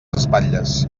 espatlles